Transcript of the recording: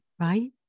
right